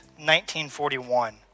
1941